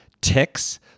ticks—